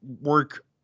work